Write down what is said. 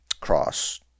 Cross